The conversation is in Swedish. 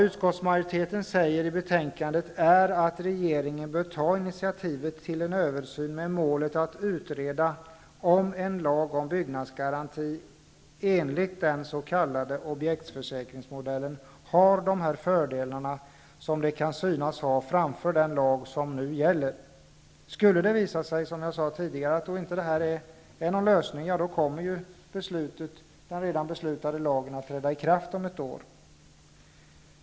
Utskottsmajoriteten säger i betänkandet att regeringen bör ta initiativet till en översyn med målet att utreda om en lag om byggnadsgaranti enligt den s.k. objektförsäkringsmodellen har de fördelar som den kan synas ha, framför den lag som nu gäller. Skulle det visa sig, som jag sade tidigare, att detta inte är någon lösning kommer den redan beslutade lagen att träda i kraft om ett år.